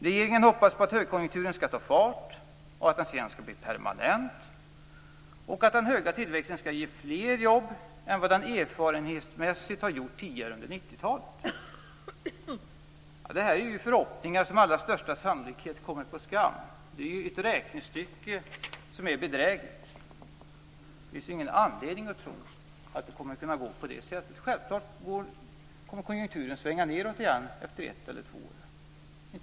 Regeringen hoppas på att högkonjunkturen skall ta fart, att den sedan skall bli permanent och att den höga tillväxten skall ge fler jobb än vad vi erfarenhetsmässigt vet att den gjort tidigare under 90-talet. Det här är förhoppningar som med allra största sannolikhet kommer på skam. Det är ett räknestycke som är bedrägligt. Det finns ingen anledning att tro att det kommer att kunna gå på det sättet. Självfallet kommer konjunkturen att svänga nedåt igen efter ett eller två år.